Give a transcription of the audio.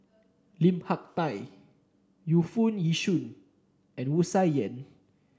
Lim Hak Tai Yu Foo Yee Shoon and Wu Tsai Yen